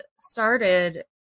started